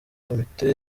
komite